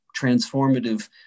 transformative